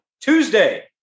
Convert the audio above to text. Tuesday